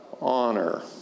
honor